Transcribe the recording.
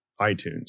iTunes